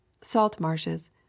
Salt-marshes